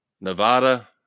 Nevada